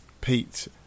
Pete